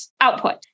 output